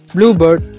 Bluebird